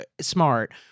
smart